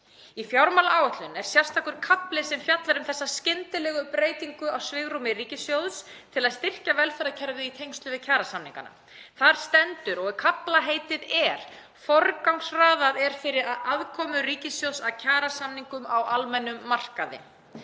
Í fjármálaáætlun er sérstakur kafli sem fjallar um þessa skyndilegu breytingu á svigrúmi ríkissjóðs til að styrkja velferðarkerfið í tengslum við kjarasamningana. Þar stendur og kaflaheitið er: Forgangsraðað er fyrir aðkomu ríkissjóðs að kjarasamningum á almennum markaði.